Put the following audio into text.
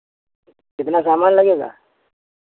कितना सामान लगेगा